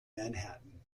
manhattan